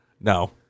no